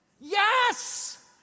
Yes